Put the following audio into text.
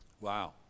Wow